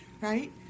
right